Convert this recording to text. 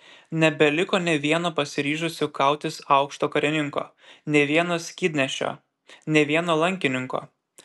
nebeliko nė vieno pasiryžusio kautis aukšto karininko nė vieno skydnešio nė vieno lankininko